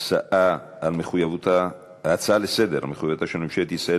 ההצעות לסדר-היום על מחויבותה של ממשלת ישראל